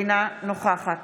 אינה נוכחת